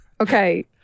Okay